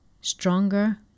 stronger